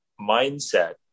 mindset